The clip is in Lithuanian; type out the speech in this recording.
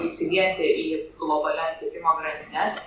įsilieti į globalias tiekimo grandines